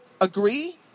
agree